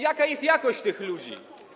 Jaka jest jakość tych ludzi?